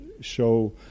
show